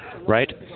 right